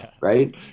right